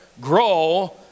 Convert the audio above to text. grow